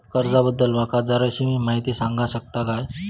कर्जा बद्दल माका जराशी माहिती सांगा शकता काय?